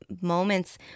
moments